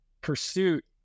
pursuit